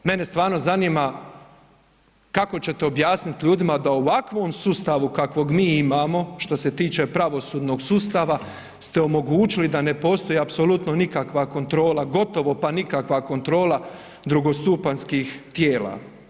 Mene stvarno zanima kako ćete objasniti ljudima da u ovakvom sustavu kakvog mi imamo što se tiče pravosudnog sustava ste omogućili da ne postoji apsolutno nikakva kontrola, gotovo pa nikakva kontrola drugostupanjskih tijela.